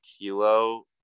kilo